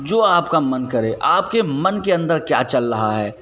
जो आपका मन करे आपके मन के अंदर क्या चल रहा है